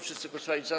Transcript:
Wszyscy głosowali za.